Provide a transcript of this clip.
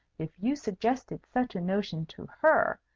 if you suggested such a notion to her,